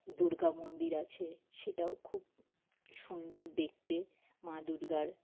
দুর্গা মন্দির আছে সেটাও খুব সুন্দর দেখতে মা দুর্গার